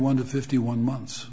one to fifty one months